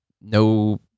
no